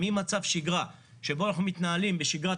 ממצב שגרה שבו אנחנו מתנהלים בשגרת